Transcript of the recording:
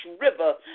river